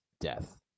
death